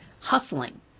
hustling